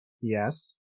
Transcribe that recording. Yes